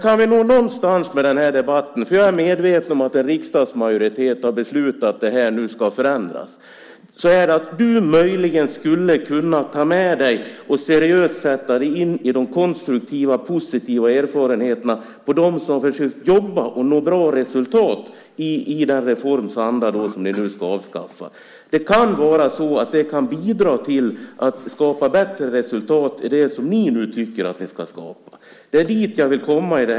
Kan vi nå någonstans med den här debatten - jag är medveten om att en riksdagsmajoritet har beslutat att det här ska förändras - är det att du möjligen skulle kunna ta med dig och seriöst sätta dig in i de konstruktiva och positiva erfarenheter som de fått som har försökt att jobba och nå bra resultat i den reforms anda som ni nu ska avskaffa. Det kan bidra till att skapa bättre resultat än det som ni nu tycker att ni ska skapa. Det är dit jag vill komma.